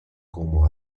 como